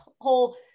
whole